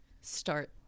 start